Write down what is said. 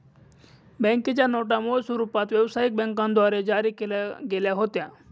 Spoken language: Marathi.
बँकेच्या नोटा मूळ स्वरूपात व्यवसायिक बँकांद्वारे जारी केल्या गेल्या होत्या